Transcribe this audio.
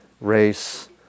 race